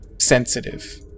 sensitive